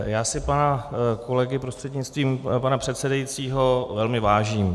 Já si pana kolegy, prostřednictvím pana předsedajícího, velmi vážím.